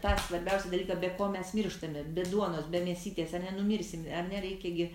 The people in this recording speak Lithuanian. tą svarbiausią dalyką be ko mes mirštame be duonos be mėsytės a ne numirsim a ne reikia gi